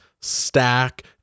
stack